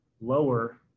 lower